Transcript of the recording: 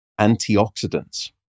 antioxidants